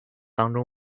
当中